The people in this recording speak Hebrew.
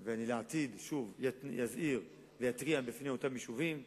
שוב, אני בעתיד אזהיר ואתריע בפני אותם יישובים.